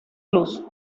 luz